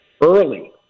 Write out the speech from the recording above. early